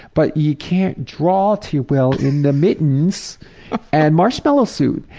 but you can't draw too well in the mittens and marshmallow suit.